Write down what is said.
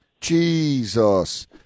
Jesus